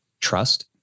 trust